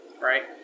right